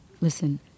listen